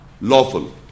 lawful